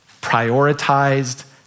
prioritized